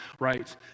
right